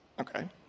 okay